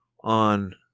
On